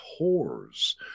whores